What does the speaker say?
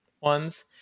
ones